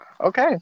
Okay